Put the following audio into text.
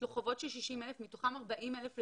יש לו חובות של 60,000, מתוכם 40,000 לסלולר,